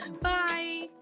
Bye